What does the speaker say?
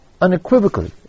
unequivocally